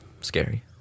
Scary